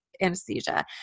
Anesthesia